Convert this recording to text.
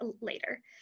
later